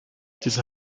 diese